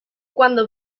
cuando